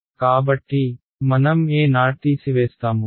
కాబట్టి మనం Eo తీసివేస్తాము